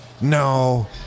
No